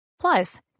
plus